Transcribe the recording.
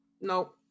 no